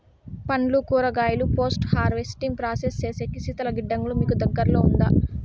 పండ్లు కూరగాయలు post harvesting process సేసేకి శీతల గిడ్డంగులు మీకు దగ్గర్లో ఉందా?